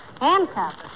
Handcuffs